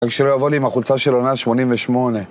רק שלא יבוא לי עם החולצה של עונה 88